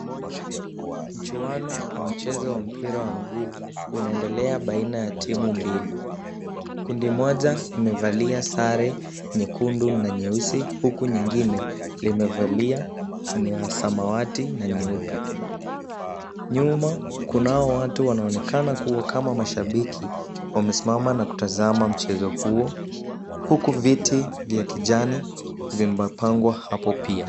Mchuano wa mpira wa mguu unaendelea baina ya timu mbili. Kundi moja imevalia sare nyekundu na nyeusi, huku nyingine limevalia la samawati na nyeupe. Nyuma kunao watu wanaonekana kuwa kama mashabiki, wamesimama na kutazama mchezo huo, huku viti vya kijani vimepangwa hapo pia.